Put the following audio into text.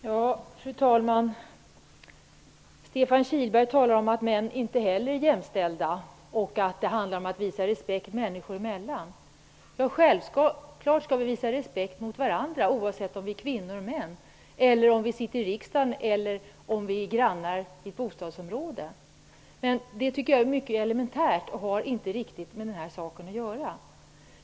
Fru talman! Stefan Kihlberg talar om att inte heller män är jämställda och att det handlar om att visa respekt människor emellan. Självfallet skall vi visa respekt för varandra, oavsett om vi är kvinnor eller män, sitter i riksdagen eller är grannar i ett bostadsområde, men jag tycker att detta är elementärt och inte riktigt har med den här saken att göra.